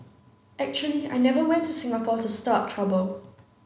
actually I never went to Singapore to stir up trouble